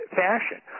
fashion